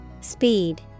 Speed